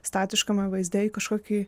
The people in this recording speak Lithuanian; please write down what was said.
statiškame vaizde į kažkokį